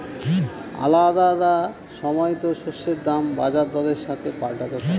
আলাদা আলাদা সময়তো শস্যের দাম বাজার দরের সাথে পাল্টাতে থাকে